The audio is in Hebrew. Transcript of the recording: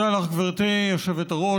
תודה לך, גברתי היושבת-ראש.